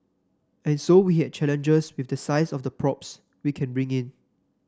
and so we had challenges with the size of the props we can bring in